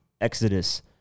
Exodus